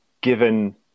given